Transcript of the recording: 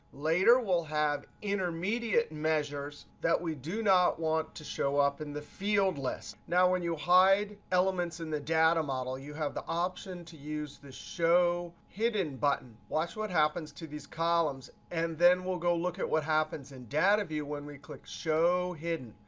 later we'll have intermediate measures that we do not want to show up in the field list. now, when you hide elements in the data model, you have the option to use this show hidden button. watch what happens to these columns. and then we'll go look at what happens in data view when we click show hidden.